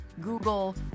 Google